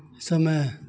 समय